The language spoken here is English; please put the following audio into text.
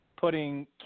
putting